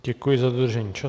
Děkuji za dodržení času.